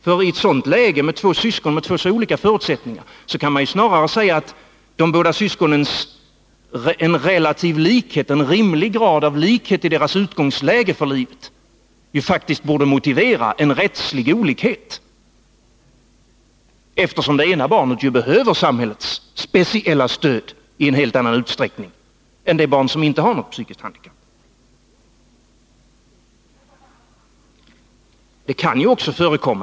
I ett sådant läge, med två syskon med så olika förutsättningar, kan man snarare säga att en rimlig grad av likhet i deras utgångsläge inför livet faktiskt borde motivera en rättslig olikhet, eftersom det ena barnet behöver samhällets speciella stöd i en helt annan utsträckning än det barn som inte har något psykiskt handikapp.